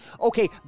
Okay